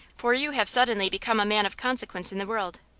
for you have suddenly become a man of consequence in the world.